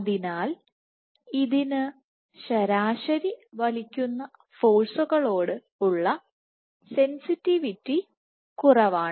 അതിനാൽ ഇതിന് ശരാശരി വലിക്കുന്ന ഫോഴ്സുകളോട് ഉള്ളസെൻസിറ്റിവിറ്റികുറവാണ്